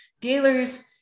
dealers